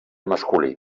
masculí